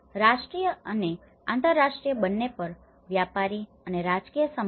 રાષ્ટ્રીય અને આંતરરાષ્ટ્રીય બંને પર વ્યાપારી અને રાજકીય સંપર્કો